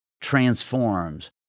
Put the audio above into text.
transforms